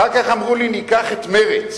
אחר כך אמרו לי: ניקח את מרצ.